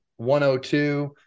102